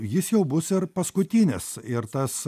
jis jau bus ir paskutinis ir tas